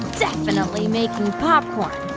definitely making popcorn.